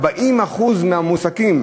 40% מהמועסקים.